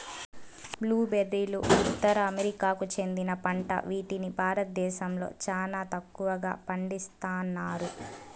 blue బెర్రీలు ఉత్తర అమెరికాకు చెందిన పంట వీటిని భారతదేశంలో చానా తక్కువగా పండిస్తన్నారు